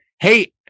Hey